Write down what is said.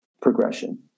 progression